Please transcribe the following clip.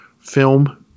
film